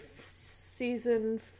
season